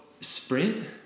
sprint